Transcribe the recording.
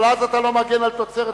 אבל אז אתה לא מגן על תוצרת הארץ.